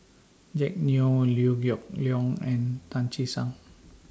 Jack Neo Liew Geok Leong and Tan Che Sang